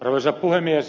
arvoisa puhemies